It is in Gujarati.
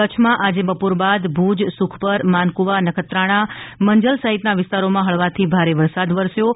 કચ્છમાં આજે બપોર બાદ ભુજ સુખપર માનકુવા નખત્રાણા મંજલ સહિતના વિસ્તારોમાં હળવાથી ભારે વરસાદ વરસ્યો હતો